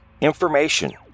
information